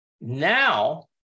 Now